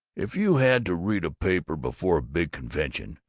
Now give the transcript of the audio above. if you had to read a paper before a big convention,